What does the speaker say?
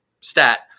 stat